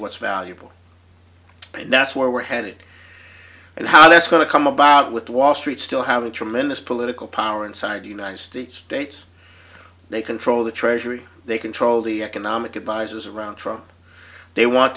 what's valuable and that's where we're headed and how that's going to come about with wall street still having tremendous political power inside the united states states they control the treasury they control the economic advisers around trump they want